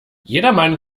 jedermann